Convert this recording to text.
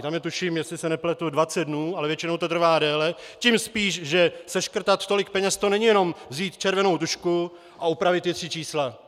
Tam je, tuším, jestli se nepletu, dvacet dnů, ale většinou to trvá déle, tím spíš, že seškrtat tolik peněz, to není jenom vzít červenou tužku a opravit dvě tři čísla.